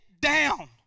down